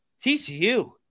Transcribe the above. TCU